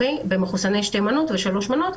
במחוסני שתי מנות ושלוש מנות.